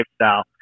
lifestyle